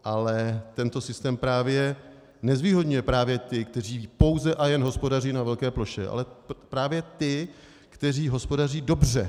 Ale tento systém právě nezvýhodňuje ty, kteří pouze a jen hospodaří na velké ploše, ale právě ty, kteří hospodaří dobře.